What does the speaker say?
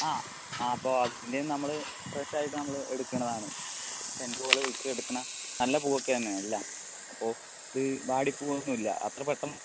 ആ അപ്പോൾ അവരുടെ കയ്യിൽ നിന്ന് നമ്മള് ഫ്രഷായിട്ട് നമ്മള് എടുക്കണതാണ് ടെൻഡർ പോലെ വിളിച്ചെടുക്കണ നല്ല പൂവൊക്കെത്തന്നെ എല്ലാം അപ്പോൾ ഇത് വാടിപ്പോവുകയൊന്നും ഇല്ല അത്രപെട്ടെന്ന്